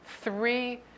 three